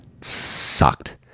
sucked